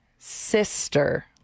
sister